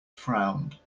frowned